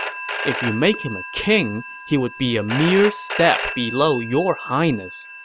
if you make him a king, he would be a mere step below your highness.